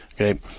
okay